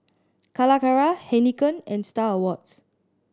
Calacara Heinekein and Star Awards